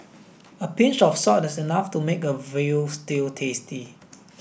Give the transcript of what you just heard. a pinch of salt is enough to make a veal stew tasty